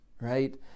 right